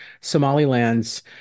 Somaliland's